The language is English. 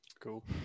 Cool